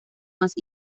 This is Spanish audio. más